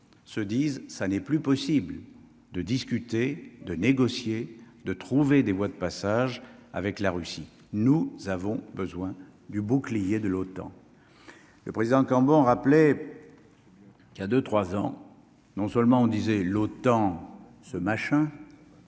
se disent ça n'est plus possible de discuter, de négocier, de trouver des voies de passage avec la Russie, nous avons besoin du bouclier de l'OTAN, le président Cambon rappeler qu'il y a deux 3 ans non seulement on disait l'OTAN ce machin